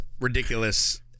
ridiculous